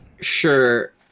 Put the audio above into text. Sure